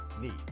need